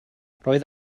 roedd